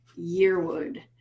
Yearwood